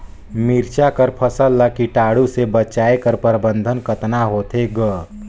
मिरचा कर फसल ला कीटाणु से बचाय कर प्रबंधन कतना होथे ग?